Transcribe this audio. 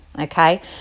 okay